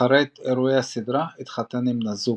אחרי אירועי הסדרה התחתן עם נזוקו